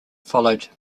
followed